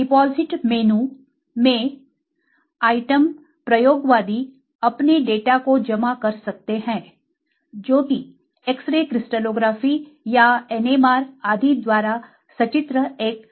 deposit menu में item प्रयोगवादी अपने डेटा को जमा कर सकते हैं जो कि एक्स रे क्रिस्टलोग्राफी या एनएमआर आदि द्वारा सचित्र एक जैविक संरचना है